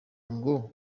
ngo